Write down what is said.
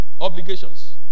obligations